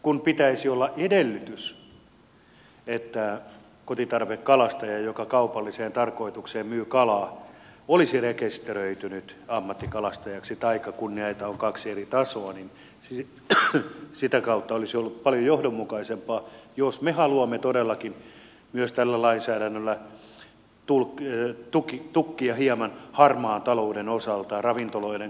sen pitäisi olla edellytys että kotitarvekalastaja joka kaupalliseen tarkoitukseen myy kalaa olisi rekisteröitynyt ammattikalastajaksi taikka kun näitä on kaksi eri tasoa niin sitä kautta olisi ollut paljon johdonmukaisempaa jos me haluamme todellakin myös tällä lainsäädännöllä tukkia hieman harmaan talouden osalta ravintoloiden kalanmyyntiä